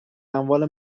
اموال